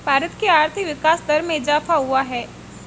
भारत की आर्थिक विकास दर में इजाफ़ा हुआ है